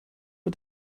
mit